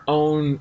own